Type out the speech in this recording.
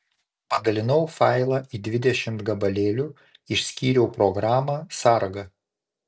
padalinau failą į dvidešimt gabalėlių išskyriau programą sargą